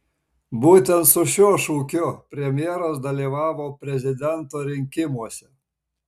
būtent su šiuo šūkiu premjeras dalyvavo prezidento rinkimuose